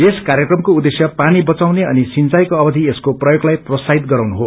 यस कार्यक्रमको उद्खेश्य पानी बचाउने अनि सिंचाईको अवधि यसको प्रयोगलाई प्रोत्साहित गराउनु हो